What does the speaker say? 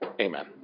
Amen